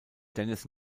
dennis